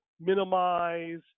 minimize